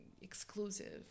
exclusive